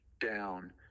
down